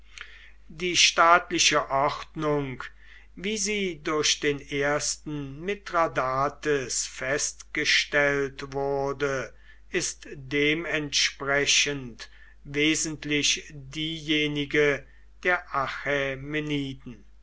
die staatliche ordnung wie sie durch den ersten mithradates festgestellt wurde ist dementsprechend wesentlich diejenige der